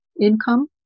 income